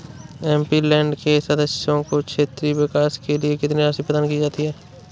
MP land के सदस्यों को क्षेत्रीय विकास के लिए कितनी राशि प्रदान की जाती है?